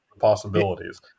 possibilities